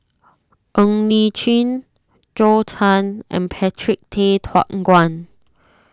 Ng Li Chin Zhou Can and Patrick Tay Guan